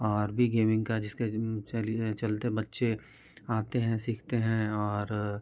और भी गेमिंग का जिसका चलिए चलते बच्चे आते हैं सीखते हैं और